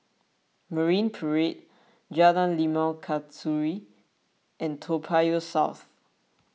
Marine Parade Jalan Limau Kasturi and Toa Payoh South